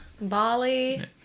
bali